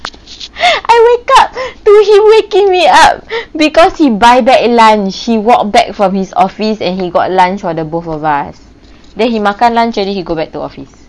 I wake up to him waking me up because he buy back lunch he walked back from his office and he got lunch for the both of us then he makan lunch already he go back to office